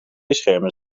schermen